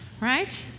Right